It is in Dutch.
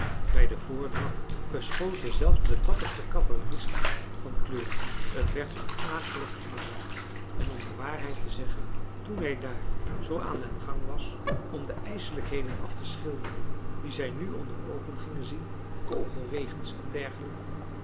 bij de voordracht verschoten zelfs de dapperste cavaleristen van kleur het werd hun akelig om het hart en om de waarheid te zeggen toen hij daar zoo aan den gang was om de ijselijkheden af te schilderen die zij nu onder de oogen gingen zien kogelregens en dergelijke